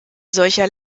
solcher